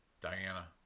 Diana